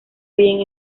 bien